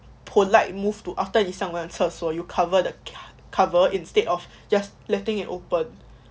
polite move to after 你上完厕所 you cover the cover instead of just letting it open